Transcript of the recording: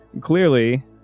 clearly